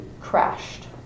crashed